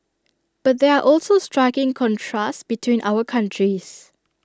but there are also striking contrasts between our countries